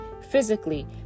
physically